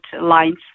lines